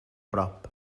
prop